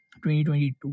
2022